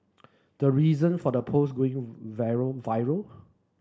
the reason for the post viral